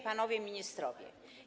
Panowie Ministrowie!